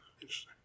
Interesting